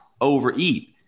overeat